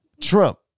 Trump